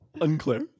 unclear